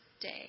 day